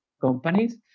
companies